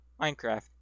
Minecraft